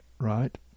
right